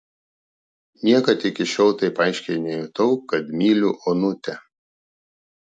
niekad iki šiol taip aiškiai nejutau kad myliu onutę